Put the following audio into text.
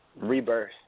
rebirth